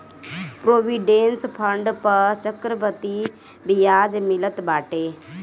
provident fund पअ चक्रवृद्धि बियाज मिलत बाटे